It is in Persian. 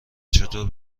چطور